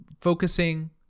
focusing